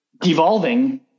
devolving